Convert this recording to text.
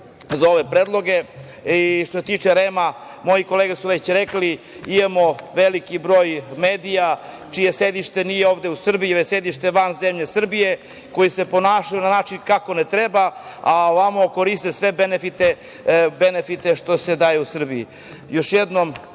za ove predloge. Što se tiče REM-a, moje kolege su već rekle, imamo veliki broj medija čije sedište nije ovde u Srbiji, već je sedište van zemlje Srbije, koji se ponašaju na način kako ne treba, a ovamo koriste sve benefite koji se daju u Srbiji. Još jednom,